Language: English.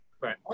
Right